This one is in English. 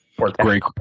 Great